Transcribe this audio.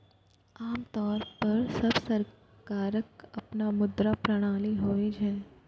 आम तौर पर सब सरकारक अपन मुद्रा प्रणाली होइ छै